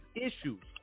issues